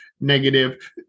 negative